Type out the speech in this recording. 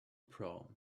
proms